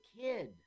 kid